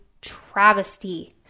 travesty